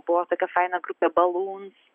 buvo tokia faina grupė balloons